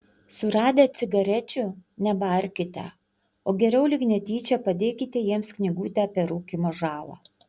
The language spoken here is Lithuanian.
suradę cigarečių nebarkite o geriau lyg netyčia padėkite jiems knygutę apie rūkymo žalą